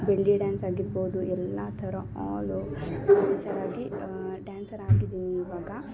ಬೆಳ್ಳಿ ಡ್ಯಾನ್ಸ್ ಆಗಿರ್ಬೌದು ಎಲ್ಲಾ ಥರ ಆಲೋ ಡ್ಯಾನ್ಸರ್ ಆಗಿ ಡ್ಯಾನ್ಸರ್ ಆಗಿದ್ದೀನಿ ಇವಾಗ